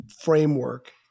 framework